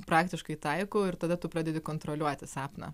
praktiškai taikau ir tada tu pradedi kontroliuoti sapną